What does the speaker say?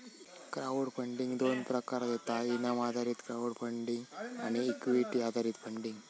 crowd funding दोन प्रकारात येता इनाम आधारित क्राउड फंडिंग आणि इक्विटी आधारित फंडिंग